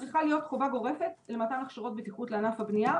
צריכה להיות חובה גורפת למתן הכשרות בטיחות לענף הבנייה.